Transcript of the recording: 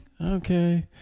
Okay